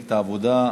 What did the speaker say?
מפלגת העבודה.